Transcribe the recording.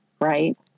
right